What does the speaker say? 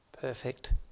perfect